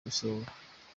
gusohoka